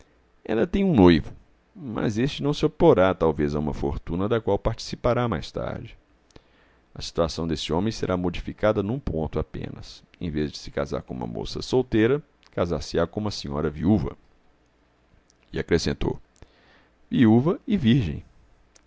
ela tem um noivo mas este não se oporá talvez a uma fortuna da qual participará mais tarde a situação desse homem será modificada num ponto apenas em vez de se casar com uma maça solteira casar-se-á com uma senhora viuva e acrescentou viúva e virgem